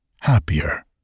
happier